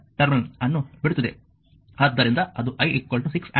ಆದ್ದರಿಂದ ಅದು I 6 ampere